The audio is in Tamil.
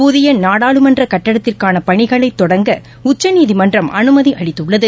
புதிய நாடாளுமன்ற கட்டடத்திற்கான பணிகளை தொடங்க உச்சநீதிமன்றம் அனுமதி அளித்துள்ளது